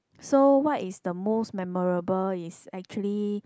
so what is the most memorable is actually